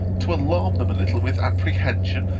to alarm them a little with apprehension,